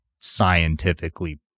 scientifically